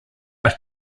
are